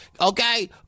Okay